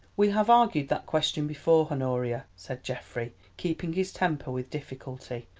we have argued that question before, honoria, said geoffrey, keeping his temper with difficulty,